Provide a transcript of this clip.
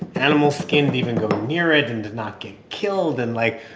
animal skin to even go near it and to not get killed. and, like,